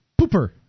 pooper